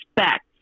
expect